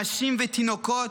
נשים ותינוקות,